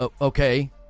Okay